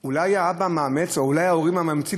אולי האבא המאמץ או אולי ההורים המאמצים,